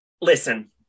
Listen